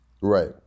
Right